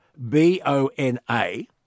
B-O-N-A